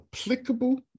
applicable